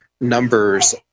numbers